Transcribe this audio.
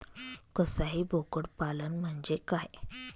कसाई बोकड पालन म्हणजे काय?